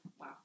Wow